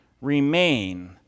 remain